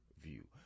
view